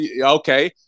okay